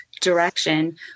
direction